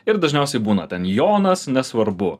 ir dažniausiai būna ten jonas nesvarbu